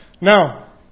Now